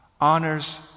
honors